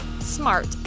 smart